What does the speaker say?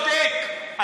אתה לא צודק.